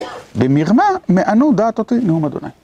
במרמה מענו דעת אותי נאום אדוני.